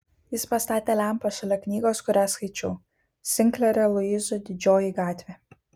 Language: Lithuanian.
jis pastatė lempą šalia knygos kurią skaičiau sinklerio luiso didžioji gatvė